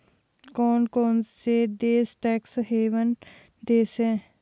कौन कौन से देश टैक्स हेवन देश हैं?